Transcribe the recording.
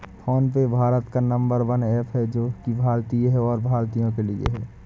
phone पे भारत का number one app है जो की भारतीय है और भारतीयों के लिए है